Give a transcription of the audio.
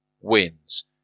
wins